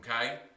Okay